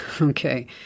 Okay